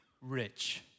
rich